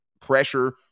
pressure